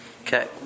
Okay